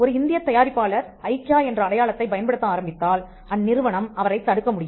ஒரு இந்தியப் தயாரிப்பாளர் ஐக்கியா என்ற அடையாளத்தை பயன்படுத்த ஆரம்பித்தால் அந்நிறுவனம் அவரைத் தடுக்க முடியும்